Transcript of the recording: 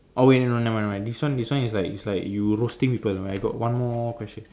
oh wait no no never mind never mind this one this one is like is like you roasting people I got one more question